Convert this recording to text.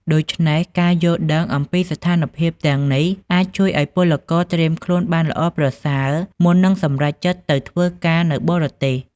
ដូច្មេះការយល់ដឹងអំពីស្ថានភាពទាំងនេះអាចជួយឱ្យពលករត្រៀមខ្លួនបានល្អប្រសើរ មុននឹងសម្រេចចិត្តទៅធ្វើការនៅបរទេស ។